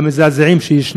המזעזעים שיש,